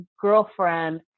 girlfriend